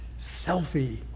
selfie